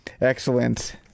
Excellent